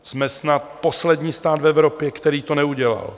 Jsme snad poslední stát v Evropě, který to neudělal.